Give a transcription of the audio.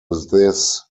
this